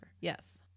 Yes